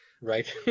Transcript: Right